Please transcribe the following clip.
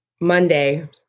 Monday